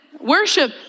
worship